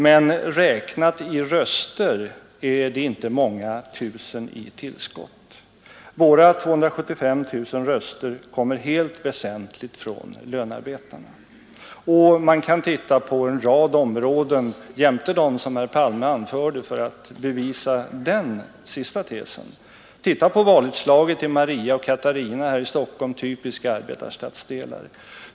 Men räknat i röster är det inte många tusen i tillskott. Våra 275 000 röster kommer helt väsentligt från lönarbetarna. Man kan titta på en hel rad områden, jämte dem som herr Palme anförde, för att bevisa denna sista tes. Titta på valutslaget i Maria och Katarina församlingar här i Stockholm — typiska arbetarstadsdelar.